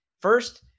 first